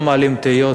לא מעלים תהיות,